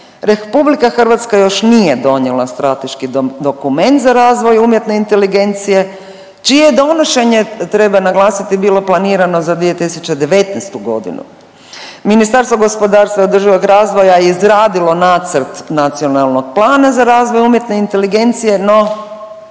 RH još nije donijela strateški dokument za razvoj umjetne inteligencije čije donošenje, treba naglasiti, bilo planirano za 2019.g.. Ministarstvo gospodarstva i održivog razvoja je izradilo nacrt nacionalnog plana za razvoj umjetne inteligencije, no